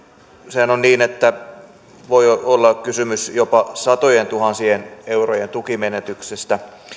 sehän on niin että voi olla kysymys jopa satojentuhansien eurojen tukimenetyksistä